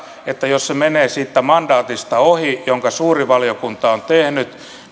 että jos se menee siitä mandaatista ohi jonka suuri valiokunta on tehnyt